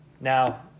Now